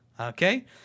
okay